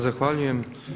Zahvaljujem.